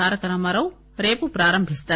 తారక రామా రావు రేపు ప్రారంభిస్తారు